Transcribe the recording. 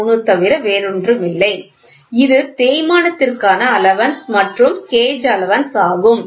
00063 தவிர வேறொன்றுமில்லை இது தேய்மானத்திற்கான அலவன்ஸ் மற்றும் கேஜ் அலவன்ஸ் ஆகும்